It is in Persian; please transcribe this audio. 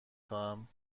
خواهم